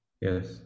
Yes